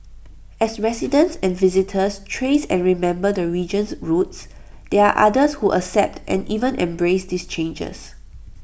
as residents and visitors trace and remember the region's roots there are others who accept and even embrace these changes